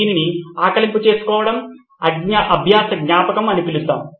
దీనిని ఆకలింపు చేసుకోవడం అభ్యాస జ్ఞాపకం అని పిలుద్దాం